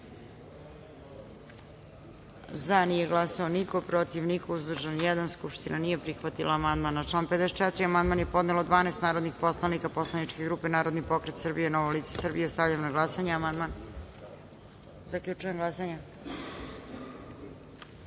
– nije glasao niko, protiv – niko, uzdržan – jedan. Skupština nije prihvatila amandman. Na član 59. amandman je podnelo 12 narodnih poslanika poslaničke grupe Narodni pokret Srbije – Novo lice Srbije. Stavljam na glasanje amandman. Zaključujem glasanje: